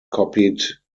copied